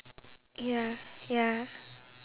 ya ya